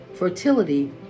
Fertility